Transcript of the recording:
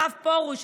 הרב פרוש,